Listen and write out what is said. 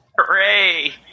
Hooray